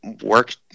work